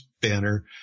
banner